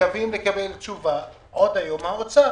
אנחנו מקווים לקבל תשובה עוד היום לגבי המצב.